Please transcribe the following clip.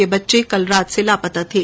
ये बच्चे कल रात से लापता थे